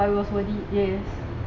but it was worth it yes